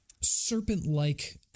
serpent-like